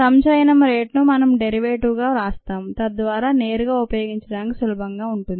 సంచయనం రేటు ను మనం డెరివేటివ్ గా వ్రాస్తాం తద్వారా నేరుగా ఉపయోగించడానికి సులభంగా ఉంటుంది